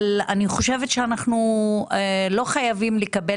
אבל אני חושבת שאנחנו לא חייבים לקבל